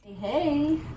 Hey